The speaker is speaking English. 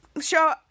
show